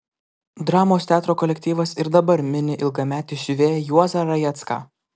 dramos teatro kolektyvas ir dabar mini ilgametį siuvėją juozą rajecką